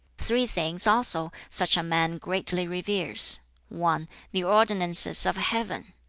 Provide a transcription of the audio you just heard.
three things also such a man greatly reveres one the ordinances of heaven,